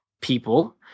people